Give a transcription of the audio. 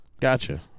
Gotcha